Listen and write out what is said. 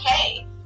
okay